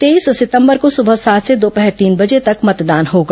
तेईस सितंबर को सुबह सात से दोपहर तीन बजे तक मतदान होगा